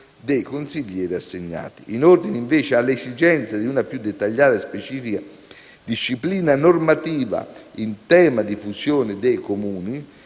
dei consiglieri assegnati. In ordine, invece, all'esigenza di una più dettagliata e specifica disciplina normativa in tema di fusione di Comuni,